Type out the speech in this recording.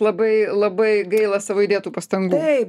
labai labai gaila savo įdėtų pastangų taip